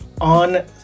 on